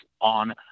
on